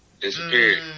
disappeared